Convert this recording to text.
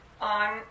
on